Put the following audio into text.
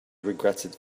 regretted